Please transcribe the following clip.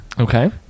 Okay